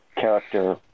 character